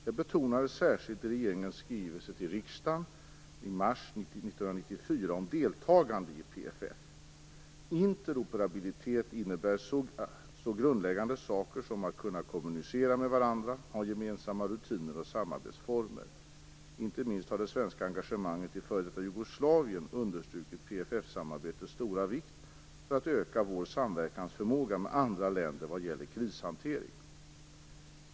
Detta betonades särskilt i regeringens skrivelse till riksdagen i mars 1994 om deltagande i PFF . Interoperabilitet innebär så grundläggande saker som att kunna kommunicera med varandra, ha gemensamma rutiner och samarbetsformer. Inte minst har det svenska engagemanget i f.d. Jugoslavien understrukit PFF-samarbetets stora vikt för att öka vår samverkansförmåga med andra länder vad gäller krishantering.